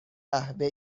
قهوه